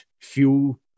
fuel